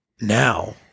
now